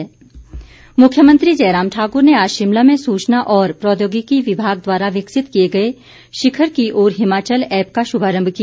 app मुख्यमंत्री जयराम ठाकुर ने आज शिमला में सूचना और प्रौद्योगिकी विभाग द्वारा विकसित किए गए शिखर की ओर हिमाचल ऐप का शुभारम्भ किया